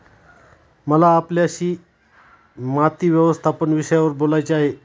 मला आपल्याशी माती व्यवस्थापन विषयावर बोलायचे आहे